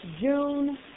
June